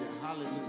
Hallelujah